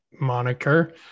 moniker